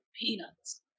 peanuts